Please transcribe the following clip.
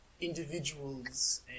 individuals